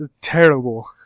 Terrible